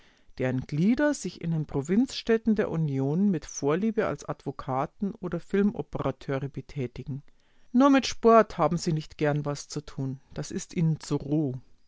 deren glieder sich in den provinzstädten der union mit vorliebe als advokaten oder filmoperateure betätigen nur mit sport haben sie nicht gern was zu tun das ist ihnen zu